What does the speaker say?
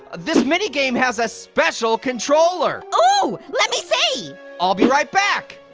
this mini game has a special controller! ooh, let me see! i'll be right back!